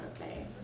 okay